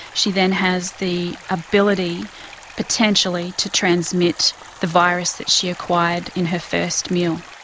she then has the ability potentially to transmit the virus that she acquired in her first meal.